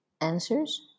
answers